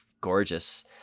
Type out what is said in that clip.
gorgeous